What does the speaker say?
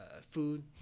food